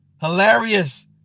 Hilarious